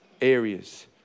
areas